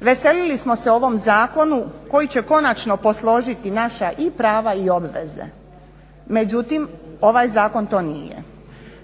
Veselili smo se ovom zakonu koji će konačno posložiti naša i prava i obveze. Međutim, ovaj zakon to nije.